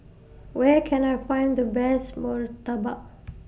Where Can I Find The Best Murtabak